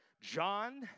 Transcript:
John